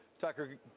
Tucker